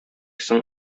соң